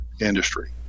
industry